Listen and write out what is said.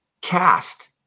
cast